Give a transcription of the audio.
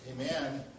Amen